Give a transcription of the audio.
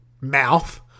mouth